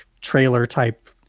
trailer-type